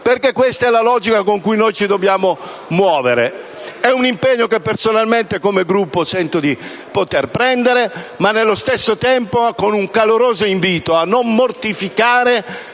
perché questa è la logica con cui ci dobbiamo muovere. È un impegno che personalmente e come Gruppo sento di poter prendere, ma nello stesso tempo con un caloroso invito a non mortificare